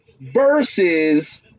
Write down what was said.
Versus